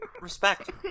Respect